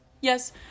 Yes